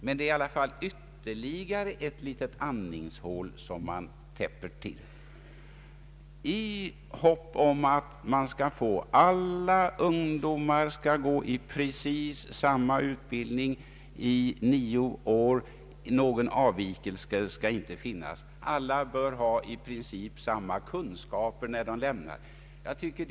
Men det är i alla fall ännu ett litet andningshål som man täpper till i hopp om att alla ungdomar skall gå i precis samma utbildning i nio år. Någon avvikelse skall inte finnas. Alla bör ha i princip samma kunskaper när de lämnar skolan.